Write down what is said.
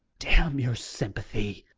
damn your sympathy!